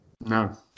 No